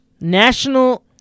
National